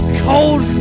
cold